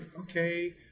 okay